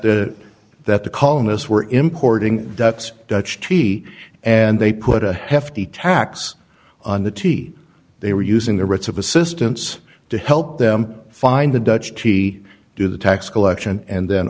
it that the colonists were importing that dutch tea and they put a hefty tax on the tea they were using the roots of assistance to help them find the dutch t do the tax collection and then